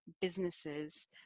businesses